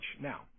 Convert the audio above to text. Now